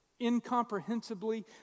incomprehensibly